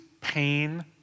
pain